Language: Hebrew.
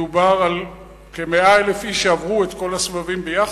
מדובר על כ-100,000 איש שעברו את כל הסבבים ביחד,